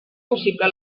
possible